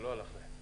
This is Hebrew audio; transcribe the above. זה לא הלך להם.